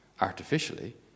artificially